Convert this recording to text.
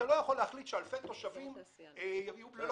אתה לא יכול להחליט שאלפי תושבים יהיו ללא קליטה ועם יותר קרינה.